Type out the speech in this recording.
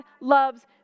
loves